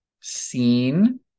seen